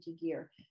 gear